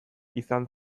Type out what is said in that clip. izan